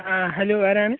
ആ ഹലോ ആരാണ്